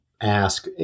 ask